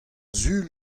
sul